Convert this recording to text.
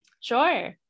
sure